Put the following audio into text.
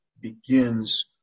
begins